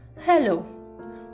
Hello